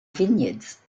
vineyards